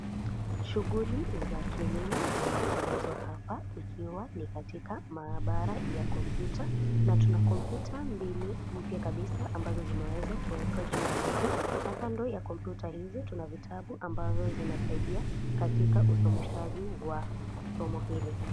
Shughuli za kilimo zinaendelezwa hapa ikiwa ni katika maabara ya kompyuta na tuna kompyuta mbili mpya kabisa ambazo zimeweza kuwekwa juu ya meza na Kando ya kompyuta hizi tuna vitabu ambazo zinasaidia katika usomeshaji wa somo hili.